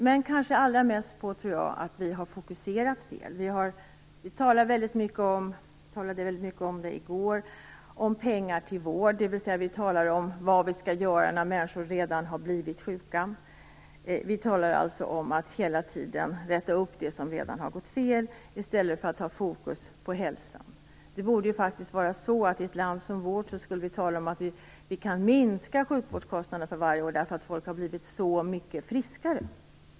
Men jag tror att det framför allt beror på att vi har fokuserat fel. Vi talar mycket om pengar till vård, dvs. vi talar om vad vi skall göra när människor redan har blivit sjuka. Vi talar alltså hela tiden om att reda upp det som gått fel i stället för att ha fokus på hälsan. I ett land som vårt borde vi tala om att vi kan minska sjukvårdskostnaderna varje år därför att människor har blivit så mycket friskare.